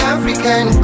African